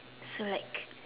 so like